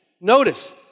Notice